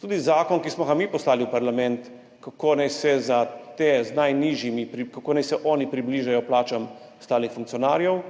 Tudi v zakonu, ki smo ga mi poslali v parlament, kako naj se za te z najnižjimi, kako naj se oni približajo plačam ostalih funkcionarjev,